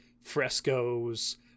frescoes